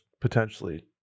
potentially